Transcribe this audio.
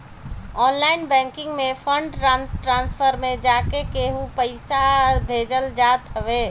online banking में fund transfer में जाके केहू के पईसा भेजल जात हवे